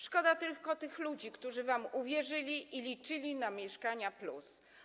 Szkoda tylko tych ludzi, którzy wam uwierzyli i liczyli na „Mieszkanie+”